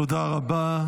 תודה רבה.